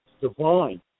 divine